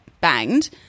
banged